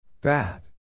Bad